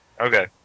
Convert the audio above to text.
okay